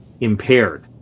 impaired